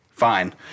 Fine